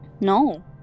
No